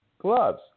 gloves